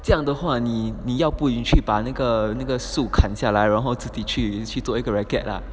这样的话你你要不去把那个那个树砍下来然后自己去做一个 racket lah